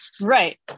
right